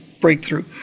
breakthrough